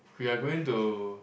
we are going to